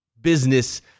business